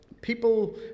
People